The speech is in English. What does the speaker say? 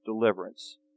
deliverance